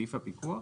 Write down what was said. היא ב-זום.